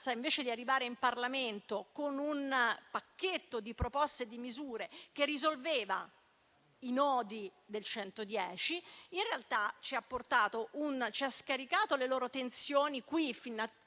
invece di arrivare in Parlamento con un pacchetto di proposte e misure volte a risolvere i nodi del 110, in realtà ci ha scaricato le sue tensioni qui, fino